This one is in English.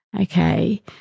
Okay